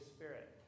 Spirit